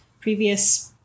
previous